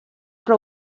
però